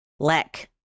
Leck